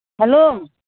hello